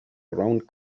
around